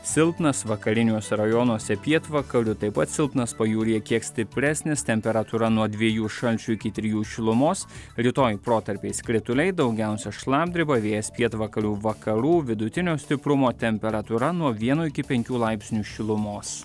silpnas vakariniuose rajonuose pietvakarių taip pat silpnas pajūryje kiek stipresnis temperatūra nuo dviejų šalčio iki trijų šilumos rytoj protarpiais krituliai daugiausia šlapdriba vėjas pietvakarių vakarų vidutinio stiprumo temperatūra nuo vieno iki penkių laipsnių šilumos